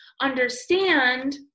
understand